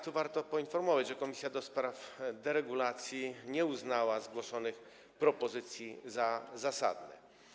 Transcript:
Tu warto poinformować, że komisja do spraw deregulacji nie uznała zgłoszonych propozycji za zasadne.